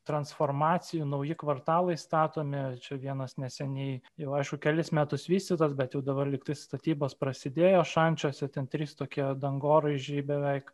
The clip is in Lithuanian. transformacijų nauji kvartalai statomi čia vienas neseniai jau aišku kelis metus vystytas bet jau dabar lygtai statybos prasidėjo šančiuose ten tris tokie dangoraižiai beveik